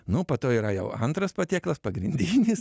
nu po to yra jau antras patiekalas pagrindinis